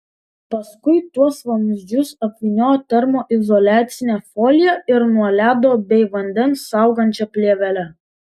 paskui tuos vamzdžius apvyniojo termoizoliacine folija ir nuo ledo bei vandens saugančia plėvele